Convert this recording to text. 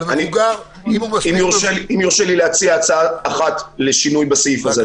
אם יורשה לי להציע הצעה אחת לשינוי בסעיף הזה.